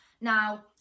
now